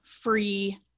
free